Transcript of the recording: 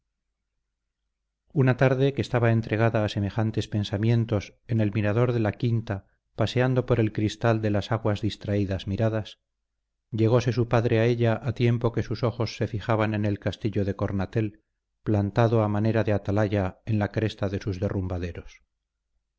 una tarde que estaba entregada a semejantes pensamientos en el mirador de la quinta paseando por el cristal de las aguas distraídas miradas llegóse su padre a ella a tiempo que sus ojos se fijaban en el castillo de cornatel plantado a manera de atalaya en la cresta de sus derrumbaderos